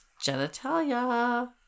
genitalia